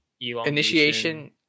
Initiation